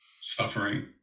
suffering